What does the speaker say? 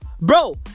bro